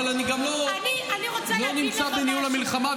אבל אני לא נמצא בניהול המלחמה,